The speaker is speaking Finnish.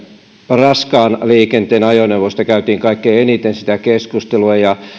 raskaan liikenteen ajoneuvoista käytiin kaikkein eniten sitä keskustelua ja